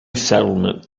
settlement